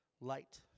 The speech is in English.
light